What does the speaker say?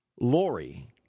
Lori